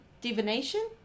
divination